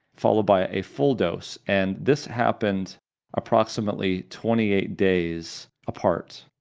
followed by a full dose, and this happened approximately twenty eight days apart.